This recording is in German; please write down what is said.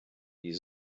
die